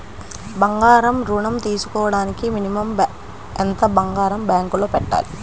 బంగారం ఋణం తీసుకోవడానికి మినిమం ఎంత బంగారం బ్యాంకులో పెట్టాలి?